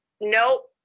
nope